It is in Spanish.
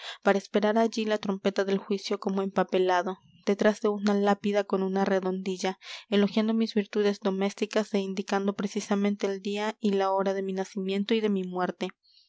para esperar allí la trompeta del juicio como empapelado detrás de una lápida con una redondilla elogiando mis virtudes domésticas é indicando precisamente el día y la hora de mi nacimiento y de mi muerte